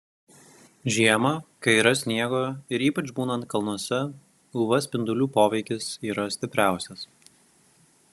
žiemą kai yra sniego ir ypač būnant kalnuose uv spindulių poveikis yra stipriausias